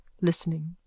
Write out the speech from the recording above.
listening